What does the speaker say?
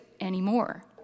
anymore